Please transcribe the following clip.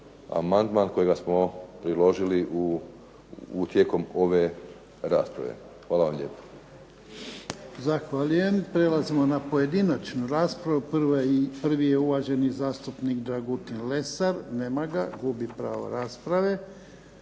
amandman kojega smo priložili tijekom ove rasprave. Hvala vam lijepa.